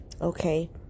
okay